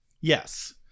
Yes